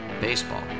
baseball